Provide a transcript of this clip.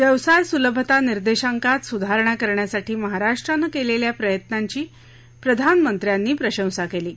व्यवसाय सुलभता निर्देशांकात सुधारणा करण्यासाठी महाराष्ट्रानं केलेल्या प्रयत्नांची प्रधानमंत्र्यांनी प्रशंसा केली आहे